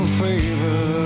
favor